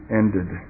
ended